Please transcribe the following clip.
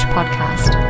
Podcast